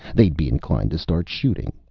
they'd be inclined to start shooting.